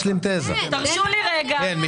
תרשו לי רגע.